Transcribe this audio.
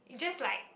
it just like